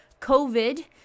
COVID